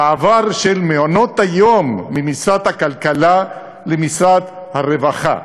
המעבר של מעונות-היום ממשרד הכלכלה למשרד הרווחה.